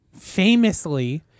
famously